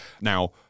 Now